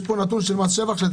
יש פה נתון של מס שבח,